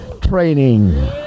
training